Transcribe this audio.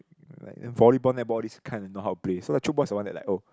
like volleyball netball these kind we know how to play so tchoukball is the one that like oh